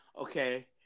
Okay